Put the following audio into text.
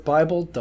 Bible